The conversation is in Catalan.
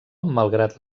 malgrat